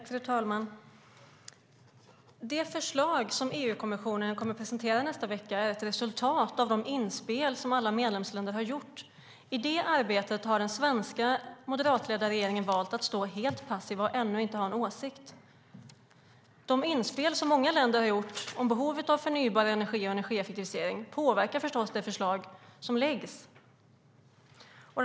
Fru talman! Det förslag som EU-kommissionen kommer att presentera nästa vecka är ett resultat av de inspel som alla medlemsländer har gjort. I det arbetet har den svenska moderatledda regeringen valt att stå helt passiv och ännu inte ha en åsikt. De inspel som många länder har gjort om behovet av förnybar energi och energieffektivisering påverkar förstås det förslag som läggs fram.